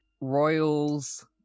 Royals